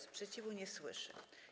Sprzeciwu nie słyszę.